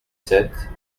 sept